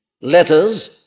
letters